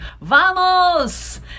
vamos